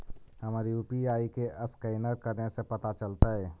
हमर यु.पी.आई के असकैनर कने से पता चलतै?